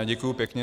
Děkuju pěkně.